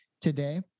today